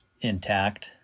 intact